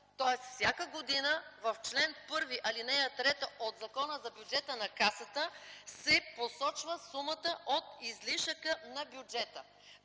Тоест всяка година в чл. 1, ал. 3 от Закона за бюджета на Касата се посочва сумата от излишъка на бюджета.